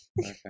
Okay